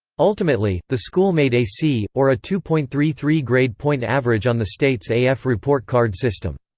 ultimately, the school made a c, or a two point three three grade point average on the state's a f report card system.